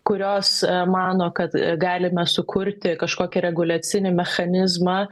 kurios mano kad galime sukurti kažkokį reguliacinį mechanizmą